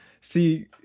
See